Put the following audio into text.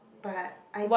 but I